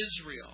Israel